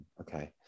Okay